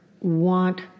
want